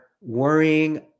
worrying